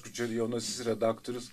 girdžiu ir jaunasis redaktorius